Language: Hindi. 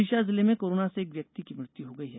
विदिशा जिले में कोरोना से एक व्यक्ति की मृत्यु हो गयी है